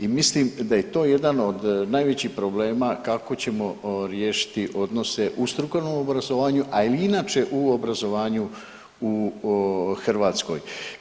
I mislim da je to jedan od najvećih problema kako ćemo riješiti odnose u strukovnom obrazovanju, a i inače u obrazovanju u Hrvatskoj.